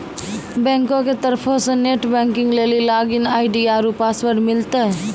बैंको के तरफो से नेट बैंकिग लेली लागिन आई.डी आरु पासवर्ड मिलतै